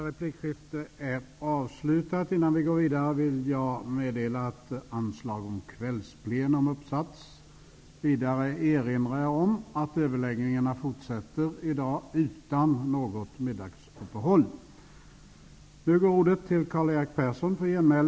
Jag vill meddela att anslag om kvällsplenum har uppsatts. Vidare erinrar jag om att överläggningarna i dag fortsätter utan något middagsuppehåll.